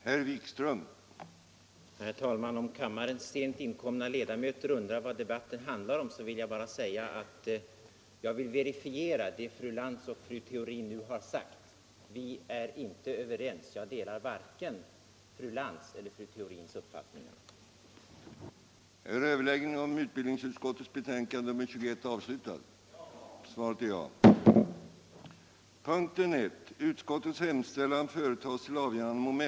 Herr talman! Om kammarens sent inkomna ledamöter undrar vad debatten handlar om vill jag bara verifiera det fru Lantz och fru Theorin nu har sagt: Vi är inte överens. Jag delar varken fru Lantz eller fru Theorins uppfattningar. den det ej vill röstar nej. den det ej vill röstar nej. den det ej vill röstar nej.